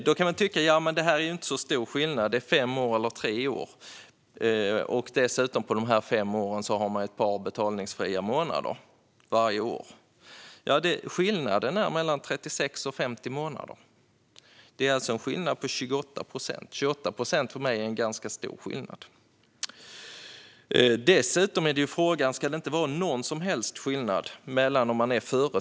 Då kanske någon tycker: Ja, men det är ju inte så stor skillnad, fem år eller tre år. Och på de fem åren har man dessutom ett par avbetalningsfria månader varje år. Skillnaden är den mellan 36 och 50 månader. Det är alltså en skillnad på 28 procent. För mig är det en ganska stor skillnad. Dessutom kan man fråga sig om det inte ska vara några som helst skillnader mellan olika fall.